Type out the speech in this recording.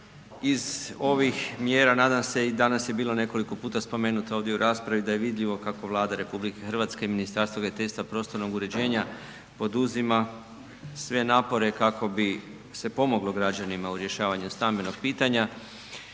Iz ovih mjera nadam se i danas je bilo nekoliko puta spomenuto ovdje u raspravi da je vidljivo kako Vlada RH i Ministarstvo graditeljstva i prostornog uređenja poduzima sve napore kako bi se pomoglo građanima u rješavanju stambenog pitanja